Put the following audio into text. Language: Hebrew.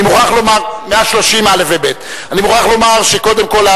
אני מוכרח לומר שקודם כול,